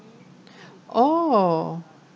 orh